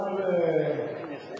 אתה כן, אבל הוא לא.